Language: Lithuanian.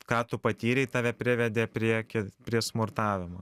ką tu patyrei tave privedė prie ki prie smurtavimo